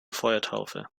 feuertaufe